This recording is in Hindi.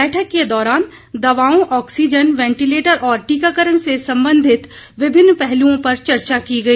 बैठक के दौरान दवाओं ऑक्सीजन वेंटिलेटर और टीकाकरण से संबंधित विभिन्न पहलुओं पर चर्चा की गई